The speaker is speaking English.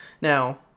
now